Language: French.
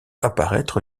apparaître